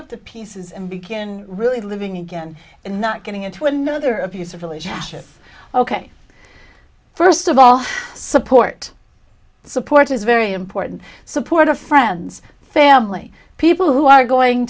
up the pieces and begin really living again and not getting into another abusive relationship ok first of all support support is very important support of friends family people who are going